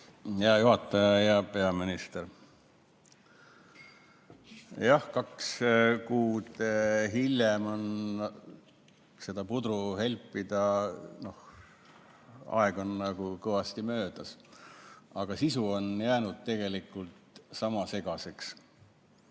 Hea juhataja! Hea peaminister! Jah, kaks kuud hiljem seda putru helpida – aega on kõvasti mööda läinud, aga sisu on jäänud tegelikult sama segaseks.